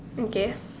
okay